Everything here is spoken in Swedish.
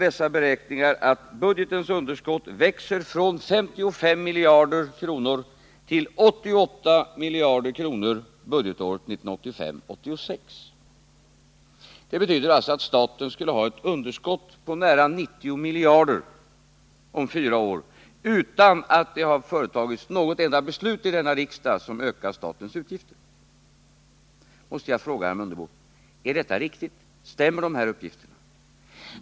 Dessa beräkningar visar att budgetens underskott växer från 55 miljarder kronor till 88 miljarder kronor budgetåret 1985/86. Detta betyder alltså att staten om fyra år skulle ha ett underskott på nära 90 miljarder kronor utan att det har fattats något enda beslut i denna riksdag som ökar statens utgifter. Då måste jag fråga herr Mundebo: Är detta riktigt, stämmer de här uppgifterna?